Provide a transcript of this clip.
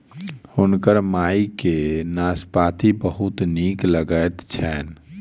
हुनकर माई के नाशपाती बहुत नीक लगैत छैन